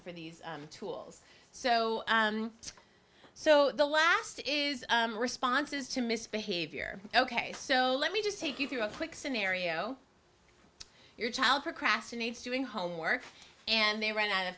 for these tools so so the last is responses to misbehavior ok so let me just take you through a quick scenario your child procrastinates doing homework and they ran out of